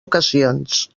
ocasions